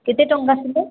କେତେ ଟଙ୍କା ଥିଲା